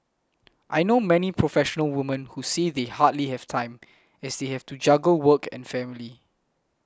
I know many professional women who say they hardly have time as they have to juggle work and family